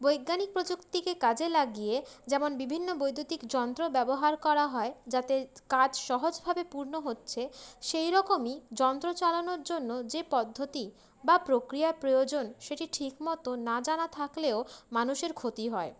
বৈজ্ঞানিক প্রযুক্তিকে কাজে লাগিয়ে যেমন বিভিন্ন বৈদ্যুতিক যন্ত্র ব্যবহার করা হয় যাতে কাজ সহজভাবে পূর্ণ হচ্ছে সেইরকমই যন্ত্র চালানোর জন্য যে পদ্ধতি বা প্রক্রিয়া প্রয়োজন সেটি ঠিক মতো না জানা থাকলেও মানুষের ক্ষতি হয়